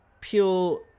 pure